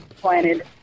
planted